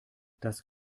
das